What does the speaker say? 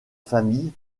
famille